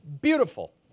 beautiful